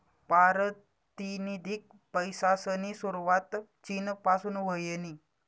पारतिनिधिक पैसासनी सुरवात चीन पासून व्हयनी